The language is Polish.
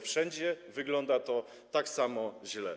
Wszędzie wygląda to tak samo źle.